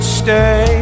stay